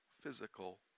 physical